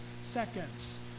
seconds